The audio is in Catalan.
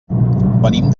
venim